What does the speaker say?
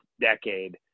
decade